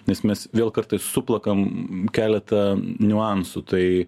nes mes vėl kartais suplakam keletą niuansų tai